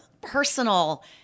personal